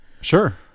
Sure